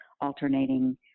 alternating